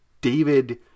David